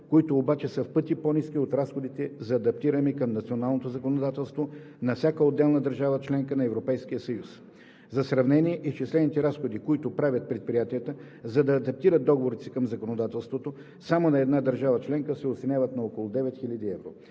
които обаче са в пъти по-ниски от разходите за адаптиране към националното законодателство на всяка отделна държава – членка на Европейския съюз. За сравнение изчислените разходи, които правят предприятията, за да адаптират договорите си към законодателството само на една държава членка се оценяват на около 9000 евро.